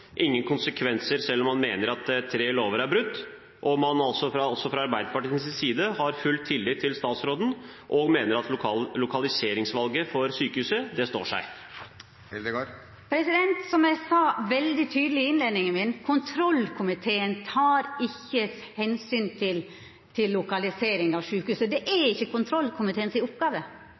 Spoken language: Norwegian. ingen konsekvenser selv om man mener at tre lover er brutt, og man har også fra Arbeiderpartiets side full tillit til statsråden og mener at lokaliseringsvalget for sykehuset står seg. Som eg sa veldig tydeleg i innleiinga mi: Kontrollkomiteen tek ikkje omsyn til lokalisering av sjukehuset. Det er ikkje kontrollkomiteen si